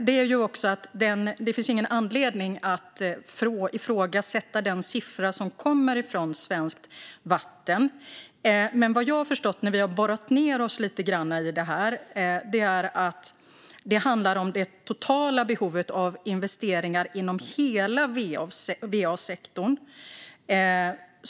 Det finns inte någon anledning att ifrågasätta den siffra som kommer från Svenskt Vatten, men vad jag har förstått när vi har borrat ned oss lite grann i det här är att dessa 23 miljarder omfattar det totala behovet av investeringar inom hela va-sektorn.